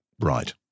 Right